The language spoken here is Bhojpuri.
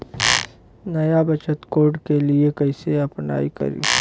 नया बचत कार्ड के लिए कइसे अपलाई करी?